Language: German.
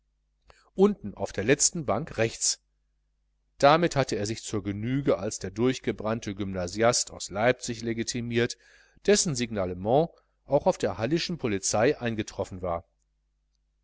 unten auf der letzten bank rechts damit hatte er sich zur genüge als der durchgebrannte gymnasiast aus leipzig legitimiert dessen signalement auch auf der hallischen polizei eingetroffen war